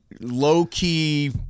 low-key